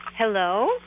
Hello